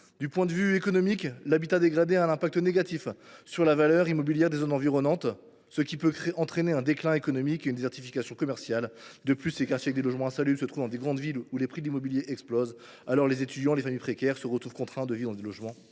Du point de vue économique, l’habitat dégradé a un impact négatif sur la valeur immobilière des zones environnantes, ce qui peut entraîner un déclin économique et une désertification commerciale. De plus, les quartiers comprenant des logements insalubres se trouvent dans de grandes villes où les prix de l’immobilier explosent. Les étudiants et les familles précaires se retrouvent contraints de vivre dans ces logements.